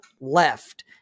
left